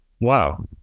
Wow